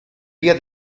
via